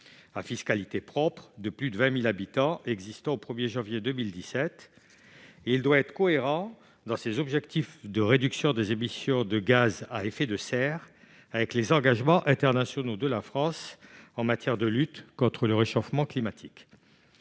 à fiscalité propre de plus de 20 000 habitants existants au 1 janvier 2017. Il doit être cohérent, dans ses objectifs de réduction des émissions de gaz à effet de serre, avec les engagements internationaux de la France en matière de lutte contre le réchauffement climatique.